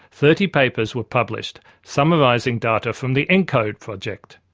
thirty papers were published summarising data from the encode project.